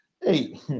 hey